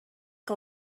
que